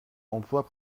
emplois